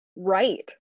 right